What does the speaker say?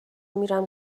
میرم